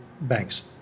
banks